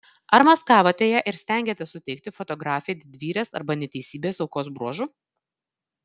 ar maskavote ją ir stengėtės suteikti fotografei didvyrės arba neteisybės aukos bruožų